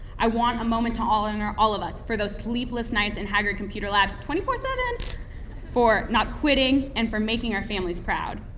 i want a moment to honor all of us for those sleepless nights and haggard computer lab twenty four seven for not quitting and for making our families proud.